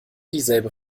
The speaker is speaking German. dieselbe